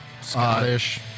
Scottish